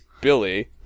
Billy